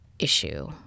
issue